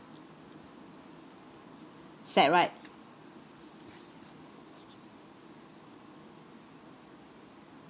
sad right